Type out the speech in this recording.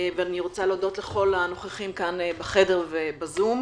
ואני רוצה להודות לכל הנוכחים כאן בחדר ובזום,